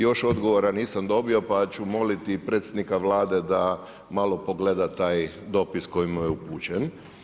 Još odgovora nisam dobio, pa ću moliti predsjednika Vlade da malo pogleda taj dopis koji mu je upućen.